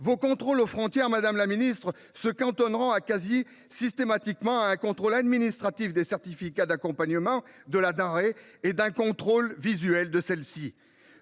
Vos contrôles aux frontières se cantonneront quasi systématiquement à un contrôle administratif des certificats d’accompagnement de la denrée et d’un contrôle visuel de celle ci.